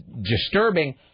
disturbing